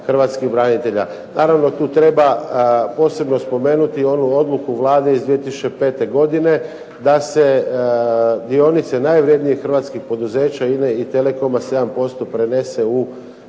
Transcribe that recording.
Hrvatskih branitelja. Naravno tu treba posebno spomenuti onu odluku Vlade iz 2005. godine da se dionice najvrednijih hrvatskih poduzeća INE i Telekoma 7% prenese u